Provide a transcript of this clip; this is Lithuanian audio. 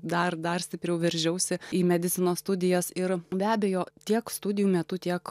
dar dar stipriau veržiausi į medicinos studijas ir be abejo tiek studijų metu tiek